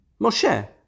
Moshe